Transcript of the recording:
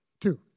two